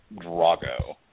Drago